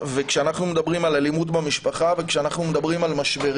כאשר אנחנו מדברים על אלימות במשפחה וכאשר אנחנו מדברים על משברים